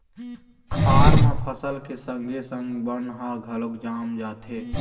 खार म फसल के संगे संग बन ह घलोक जाम जाथे